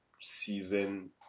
season